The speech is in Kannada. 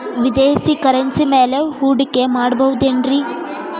ವಿದೇಶಿ ಕರೆನ್ಸಿ ಮ್ಯಾಲೆ ಹೂಡಿಕೆ ಮಾಡಬಹುದೇನ್ರಿ?